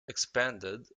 expanded